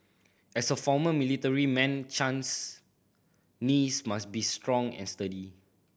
as a former military man Chan's knees must be strong and sturdy